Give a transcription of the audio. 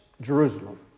Jerusalem